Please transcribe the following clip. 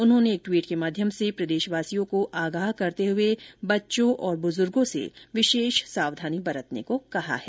उन्होंने एक ट्वीट के माध्यम से प्रदेशवासियों को आगाह करते हुए बच्चों और बुजुर्गों से विशेष सावधानी बरतने को कहा है